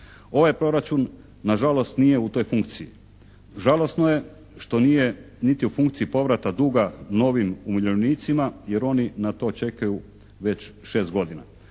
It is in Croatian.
Ovaj proračun nažalost nije u toj funkciji. Žalosno je što nije niti u funkciji povrata duga novim umirovljenicima jer oni na to čekaju već 6 godina.